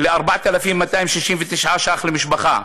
ל-4,269 ש"ח למשפחה.